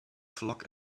flock